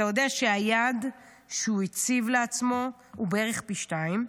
אתה יודע שהיעד שהוא הציב לעצמו הוא בערך פי שניים?